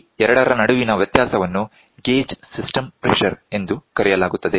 ಈ ಎರಡರ ನಡುವಿನ ವ್ಯತ್ಯಾಸವನ್ನು ಗೇಜ್ ಸಿಸ್ಟಮ್ ಪ್ರೆಶರ್ ಎಂದು ಕರೆಯಲಾಗುತ್ತದೆ